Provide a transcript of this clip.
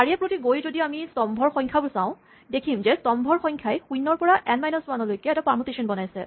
শাৰীয়ে প্ৰতি গৈ যদি আমি স্তম্ভৰ সংখ্যা চাওঁ দেখিম যে স্তম্ভৰ সংখ্যাই শূণ্যৰ পৰা এন মাইনাছ ৱানলৈকে এটা পাৰমুটেচন বনাইছে